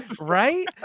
right